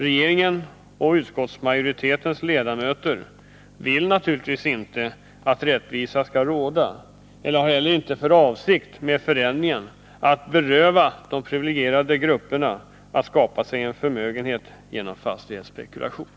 Regeringen och utskottsmajoriteten vill naturligtvis inte att rättvisa skall råda och har heller inte för avsikt att med förändringen beröva de privilegierade grupperna möjligheterna att skapa sig en förmögenhet genom fastighetsspekulation.